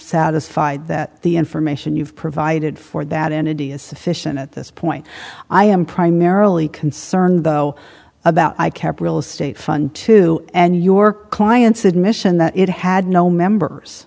satisfied that the information you've provided for that entity is sufficient at this point i am primarily concerned though about i kept real estate fun to and your clients admission that it had no members